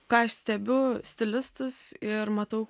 ką aš stebiu stilistus ir matau